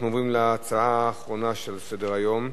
אנחנו עוברים להצעה האחרונה שעל סדר-היום,